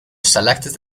selected